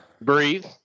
Breathe